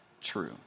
true